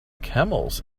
camels